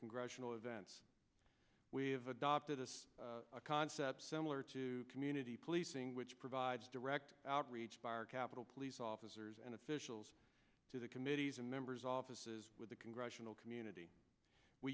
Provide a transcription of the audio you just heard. congressional events we have adopted a concept similar to community policing which provides direct outreach by our capital police officers and officials to the committees and members offices with the congressional community we